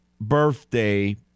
birthday